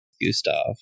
Gustav